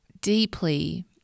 deeply